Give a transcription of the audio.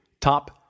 top